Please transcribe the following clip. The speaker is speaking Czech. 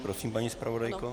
Prosím, paní zpravodajko.